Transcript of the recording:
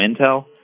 Intel